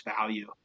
value